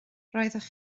roeddech